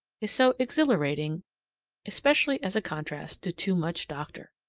is so exhilarating especially as a contrast to too much doctor.